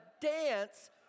dance